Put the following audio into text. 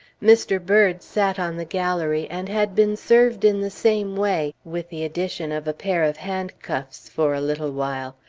mr. bird sat on the gallery, and had been served in the same way, with the addition of a pair of handcuffs for a little while.